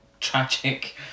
tragic